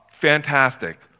fantastic